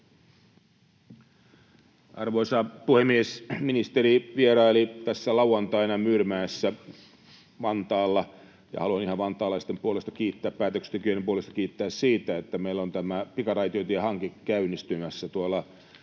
Arvoisa puhemies! Ministeri vieraili lauantaina Myyrmäessä Vantaalla, ja haluan ihan vantaalaisten puolesta kiittää ja päätöksentekijöiden puolesta kiittää siitä, että meillä on tämä pikaraitiotiehanke käynnistymässä Vantaalla.